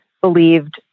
believed